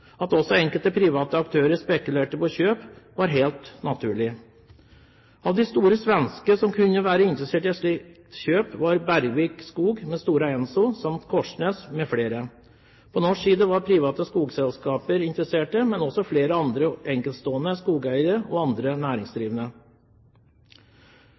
At også enkelte private aktører spekulerte på kjøp, var helt naturlig. Av de store svenske som kunne være interessert i et slikt kjøp, var Bergvik Skog, med Stora Enso, samt Korsnäs mfl. På norsk side var private skogselskaper interessert, men også flere andre enkeltstående skogeiere og andre